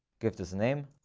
give this name,